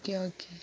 okay okay